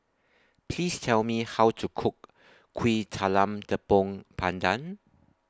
Please Tell Me How to Cook Kuih Talam Tepong Pandan